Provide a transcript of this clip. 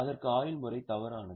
அதற்காக ஆயுள் முறை தவறானது